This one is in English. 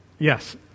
Yes